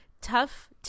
tough